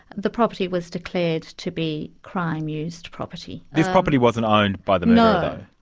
the property was declared to be crime-used property. this property wasn't owned by the murderer,